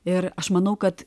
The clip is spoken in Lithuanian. ir aš manau kad